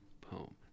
poem